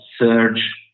search